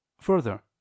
further